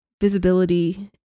Visibility